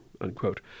unquote